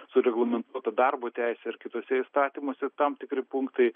sureglamentuoti darbo teisę ir kituose įstatymuose tam tikri punktai